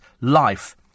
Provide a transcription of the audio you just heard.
life